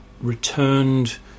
returned